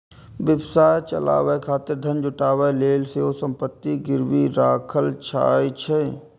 व्यवसाय चलाबै खातिर धन जुटाबै लेल सेहो संपत्ति कें गिरवी राखल जाइ छै